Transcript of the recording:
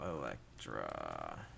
electra